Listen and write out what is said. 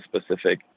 specific